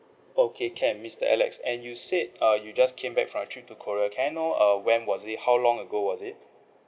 okay can mister alex and you said uh you just came back from a trip to korea can I know uh when was it how long ago was it